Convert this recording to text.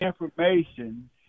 information